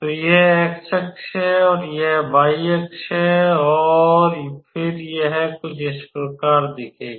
तो यह x अक्ष है और यह y अक्ष है और फिर यह कुछ इस प्रकार दिखेगा